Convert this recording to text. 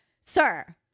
sir